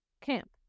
camp